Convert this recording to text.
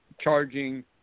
charging